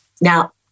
Now